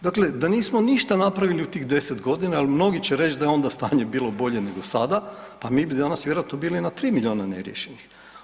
Dakle, da nismo ništa napravili u tih 10.g. jel mnogi će reć da je onda stanje bilo bolje nego sada, pa mi danas vjerojatno biti na 3 miliona neriješenih.